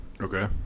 Okay